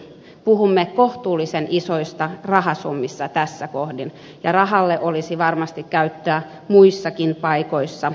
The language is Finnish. puhumme kohtuullisen isoista rahasummista tässä kohdin ja rahalle olisi varmasti käyttöä muissakin paikoissa